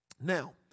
Now